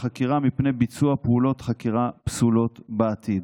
החקירה מפני ביצוע פעולות חקירה פסולות בעתיד.